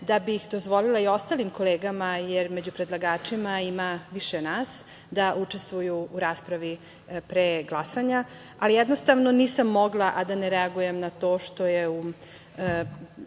da bih dozvolila i ostalim kolegama, jer među predlagačima ima više nas, da učestvuju u raspravi pre glasanja, ali jednostavno nisam mogla a da ne reagujem na to što je pre